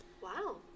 Wow